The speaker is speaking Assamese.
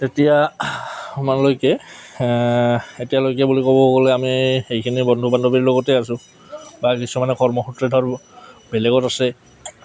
তেতিয়া এতিয়ালৈকে বুলি ক'ব গ'লে আমি সেইখিনি বন্ধু বান্ধৱীৰ লগতে আছোঁ বা কিছুমানে কৰ্মসূত্ৰ বেলেগত আছে